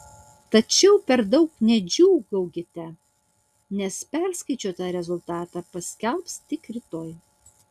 tačiau per daug nedžiūgaukite nes perskaičiuotą rezultatą paskelbs tik rytoj